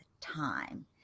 time